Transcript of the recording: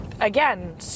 again